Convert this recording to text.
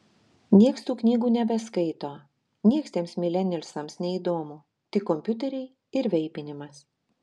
nieks tų knygų nebeskaito nieks tiems milenialsams neįdomu tik kompiuteriai ir veipinimas